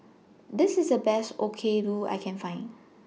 This IS The Best Okayu I Can Find